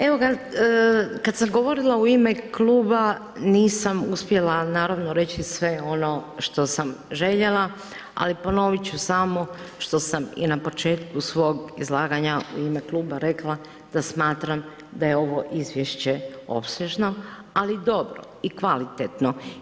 Evo ga, kad sam govorila u ime Kluba nisam uspjela, naravno reći sve ono što sam željela, ali ponovit ću samo što sam i na početku svog izlaganje u ime Kluba rekla da smatram da je ovo Izvješće opsežno, ali dobro i kvalitetno.